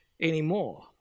anymore